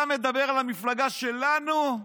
אתה מדבר על המפלגה שלנו?